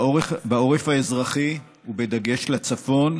בעורף האזרחי, ובדגש על הצפון,